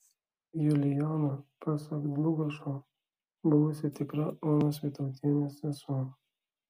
julijona pasak dlugošo buvusi tikra onos vytautienės sesuo